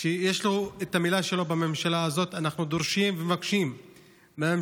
שיש לו את המילה שלו בממשלה הזאת: אנחנו דורשים ומבקשים מהממשלה